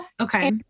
Okay